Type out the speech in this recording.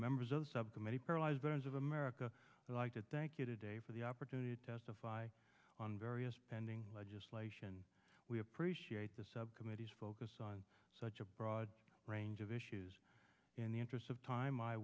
members of the subcommittee paralyzed veterans of america would like to thank you today for the opportunity to testify on various pending legislation we appreciate the subcommittees focus on such a broad range of issues in the interest of time i